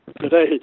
Today